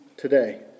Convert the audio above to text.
Today